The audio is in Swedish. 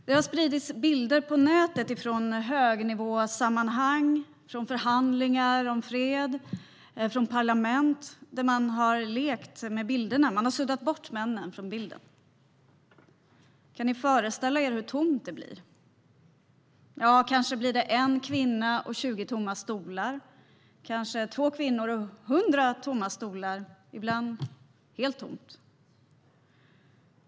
Det har spridits bilder på nätet från högnivåsammanhang, från förhandlingar om fred och från parlament där man har lekt med bilderna. Man har suddat bort männen. Kan ni föreställa er hur tomt det blir? Kanske blir det 1 kvinna och 20 tomma stolar. Kanske blir det 2 kvinnor och 100 tomma stolar. Ibland blir det helt tomt.